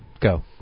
Go